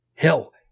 Hell